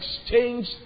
exchange